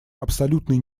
абсолютной